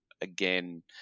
again